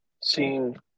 seeing